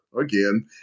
again